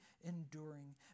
enduring